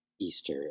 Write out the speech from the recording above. Easter